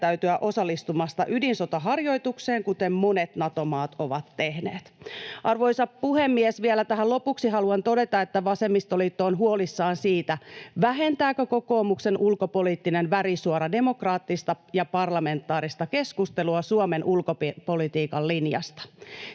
pidättäytyä osallistumasta ydinsotaharjoitukseen, kuten monet Nato-maat ovat tehneet. Arvoisa puhemies! Vielä tähän lopuksi haluan todeta, että vasemmistoliitto on huolissaan siitä, vähentääkö kokoomuksen ulkopoliittinen värisuora demokraattista ja parlamentaarista keskustelua Suomen ulkopolitiikan linjasta.